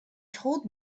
told